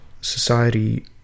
society